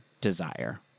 desire